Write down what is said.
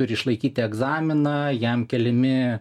turi išlaikyti egzaminą jam keliami